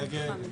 הצבעה לא אושרה.